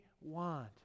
want